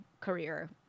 career